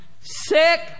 sick